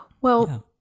Well-